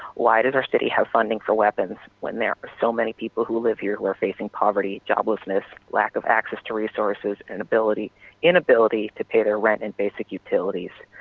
why does our city have funding for weapons when there are so many people who live here who are facing poverty, joblessness, lack of access to resources, and inability to pay their rent and basic utilities.